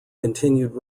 continued